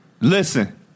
Listen